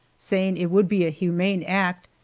saying it would be a humane act,